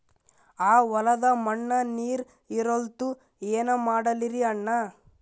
ಆ ಹೊಲದ ಮಣ್ಣ ನೀರ್ ಹೀರಲ್ತು, ಏನ ಮಾಡಲಿರಿ ಅಣ್ಣಾ?